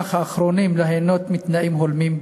אך האחרונים ליהנות מתנאים הולמים,